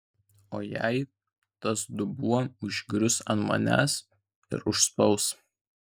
o jei tas dubuo užgrius ant manęs ir užspaus